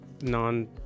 non